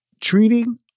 treating